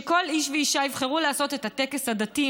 ושכל איש ואשה יבחרו לעשות את הטקס הדתי,